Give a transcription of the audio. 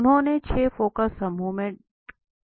उन्होंने छह फ़ोकस समूहों में यह किया